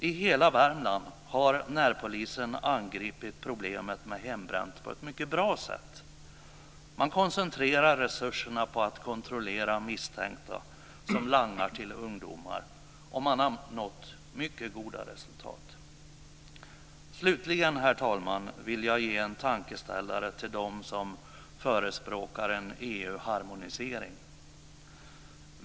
I hela Värmland har närpolisen angripit problemet med hembränt på ett bra sätt. Genom att koncentrera resurserna på att kontrollera misstänkta som langar till ungdomar har man nått mycket goda resultat. Slutligen, herr talman, vill jag ge en tankeställare till dem som förespråkar en EU-harmonisering.